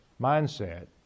mindset